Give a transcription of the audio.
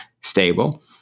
stable